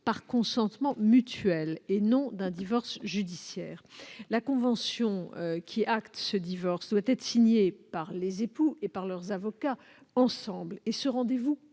par consentement mutuel et non pas les divorces judiciaires. La convention qui les acte doit être signée par les époux et leurs avocats ensemble. Ce rendez-vous